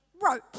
rope